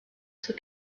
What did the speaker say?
zur